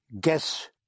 guess